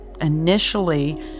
Initially